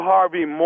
Harvey